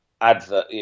advert